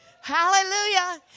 hallelujah